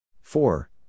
Four